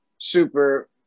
super